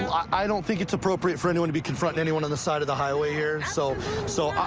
i don't think it's appropriate for anyone to be confronting anyone on the side of the highway here, so so